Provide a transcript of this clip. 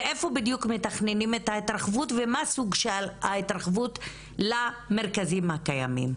ואיפה בדיוק מתכננים את ההתרחבות ומה סוג ההתרחבות למרכזים הקיימים,